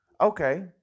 Okay